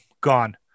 gone